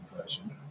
version